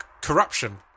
corruption